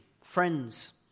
friends